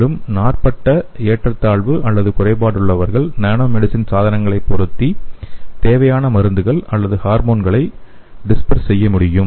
மேலும் நாள்பட்ட ஏற்றத்தாழ்வு அல்லது குறைபாடுள்ளவர்களுக்கு நானோமெடிசின் சாதனங்களை பொருத்தி தேவையான மருந்துகள் அல்லது ஹார்மோன்களைக் டிஸ்பெர்ஸ் செய்ய முடியும்